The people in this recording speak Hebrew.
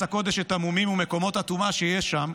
הקודש את המומים ומקומות הטומאה שיש שם,